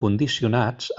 condicionats